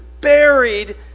buried